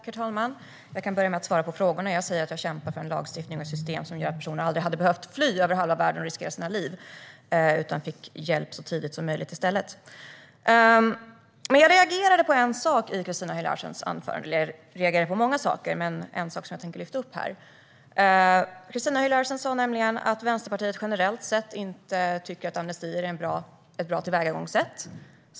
Herr talman! Jag kan börja med att svara på frågorna. Jag säger att jag kämpar för en lagstiftning och ett system som gör att personen aldrig hade behövt fly över halva världen och riskera sitt liv utan i stället hade fått hjälp så tidigt som möjligt. Jag reagerade på många saker i Christina Höj Larsens anförande, men det är en sak jag tänker lyfta upp. Christina Höj Larsen sa nämligen att Vänsterpartiet generellt sett inte tycker att amnesti är ett bra tillvägagångssätt.